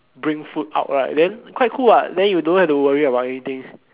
bring food out right then quite cool what then you don't have to worry about anything